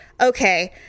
okay